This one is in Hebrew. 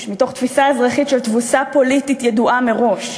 ומתוך תפיסה אזרחית של תבוסה פוליטית ידועה מראש.